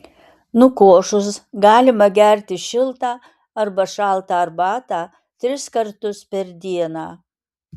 nukošus galima gerti šiltą arba šaltą arbatą tris kartus per dieną